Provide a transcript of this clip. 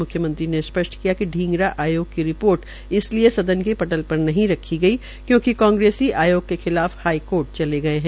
म्ख्यमंत्री ने स्पष्ट किया कि ींगरा आयोग की रिपोर्ट इस लिए सदन के पटल पर नहीं रखी गई क्योंकि कांग्रेसी आयोग के खिलाफ हाईकोर्ट चले गये है